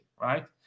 right